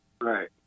Right